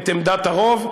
את עמדת הרוב,